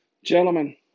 Gentlemen